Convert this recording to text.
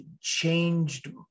changed